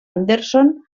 anderson